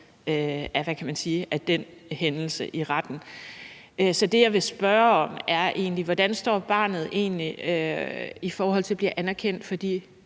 af den hændelse i retten. Så det, jeg vil spørge om, er: Hvordan står barnet egentlig i forhold til at blive anerkendt med